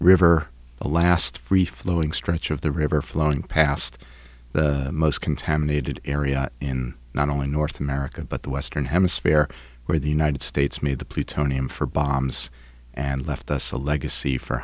river a last free flowing stretch of the river flowing past the most contaminated area in not only north america but the western hemisphere where the united states made the plutonium for bombs and left us a legacy for